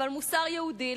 אבל מוסר יהודי,